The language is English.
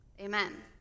amen